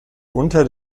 unter